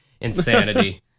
insanity